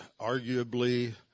arguably